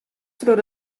troch